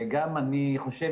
וגם אני חושב